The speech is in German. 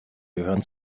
gehören